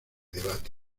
debate